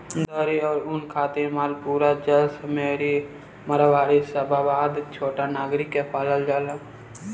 दरी अउरी ऊन खातिर मालपुरा, जैसलमेरी, मारवाड़ी, शाबाबाद, छोटानगरी के पालल जाला